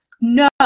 No